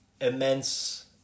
immense